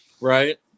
Right